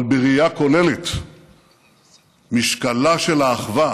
אבל בראייה כוללת משקלה של האחווה